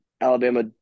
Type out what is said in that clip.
Alabama